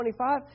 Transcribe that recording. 25